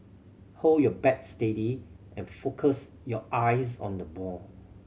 hold your bat steady and focus your eyes on the ball